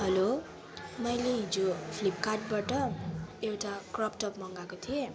hello मैले हिजो फ्लिपकार्टबाट एउटा क्रप टप मँगाएको थिएँ